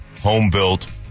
home-built